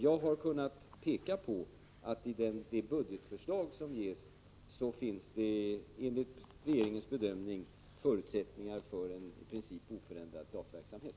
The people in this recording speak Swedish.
Jag har framhållit att det i förslaget i budgetpropositionen enligt regeringens bedömning finns förutsättningar för en i princip oförändrad teaterverksamhet.